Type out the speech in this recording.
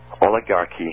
oligarchy